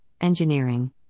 engineering